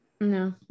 No